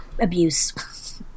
abuse